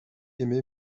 aimé